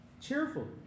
Cheerful